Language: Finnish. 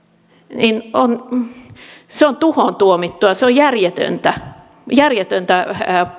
on tuhoon tuomittua ja se on järjetöntä järjetöntä